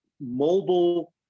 mobile